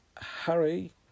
Harry